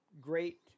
great